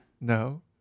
No